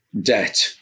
debt